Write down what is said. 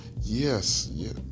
Yes